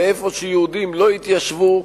ואיפה שיהודים לא התיישבו,